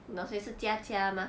你懂谁是佳佳吗